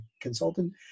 consultant